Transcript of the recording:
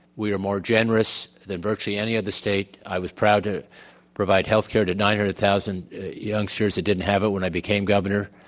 we are more generous than virtually any other state, i was proud to provide health care to nine hundred thousand youngsters that didn't have it when i became governor.